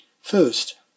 First